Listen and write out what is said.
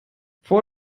vor